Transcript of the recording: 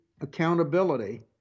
accountability